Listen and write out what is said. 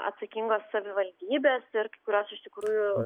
atsakingos savivaldybės ir kurios iš tikrųjų